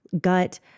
gut